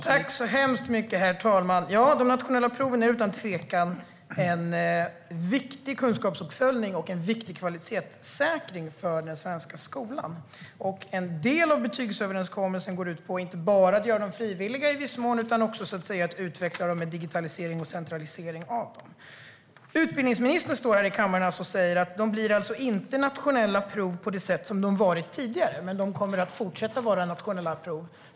Herr talman! Jag tackar för detta. De nationella proven är utan tvekan en viktig kunskapsuppföljning och en viktig kvalitetssäkring för den svenska skolan. En del av betygsöverenskommelsen går ut på att inte bara göra dem frivilliga i viss mån utan också utveckla dem genom digitalisering och centralisering. Utbildningsministern står alltså här i kammaren och säger att de inte blir nationella prov på det sätt som de har varit tidigare men att de kommer att fortsätta att vara nationella prov.